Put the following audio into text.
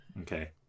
Okay